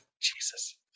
Jesus